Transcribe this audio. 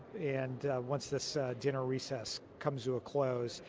and once the so general recess comes to a close.